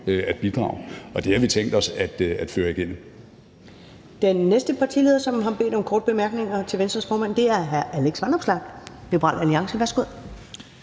Første næstformand (Karen Ellemann): Den næste partileder, som har bedt om korte bemærkninger til Venstres formand, er hr. Alex Vanopslagh, Liberal Alliance. Værsgo.